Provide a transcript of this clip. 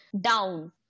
down